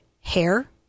hair